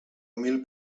mil